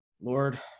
Lord